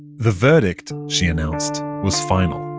the verdict, she announced, was final.